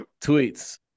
Tweets